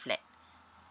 flat